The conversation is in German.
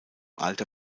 alter